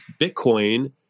Bitcoin